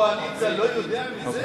ציר חשוב בקואליציה לא יודע מזה?